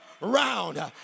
round